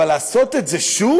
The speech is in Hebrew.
אבל לעשות את זה שוב?